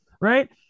right